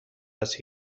است